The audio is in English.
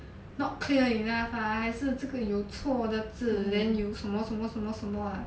not clear enough ah 还是这个有错的字 then 有什么什么什么什么 ah